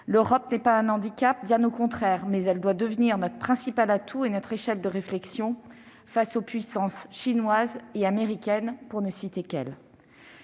l'Europe n'est pas un handicap, bien au contraire, mais elle doit devenir notre principal atout et notre échelle de réflexion face aux puissances chinoise et américaine- pour ne citer qu'elles.